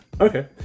Okay